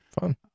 fun